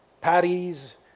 patties